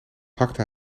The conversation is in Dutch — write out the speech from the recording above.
hakte